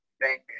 Thank